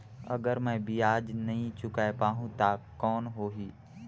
अगर मै ब्याज नी चुकाय पाहुं ता कौन हो ही?